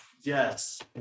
yes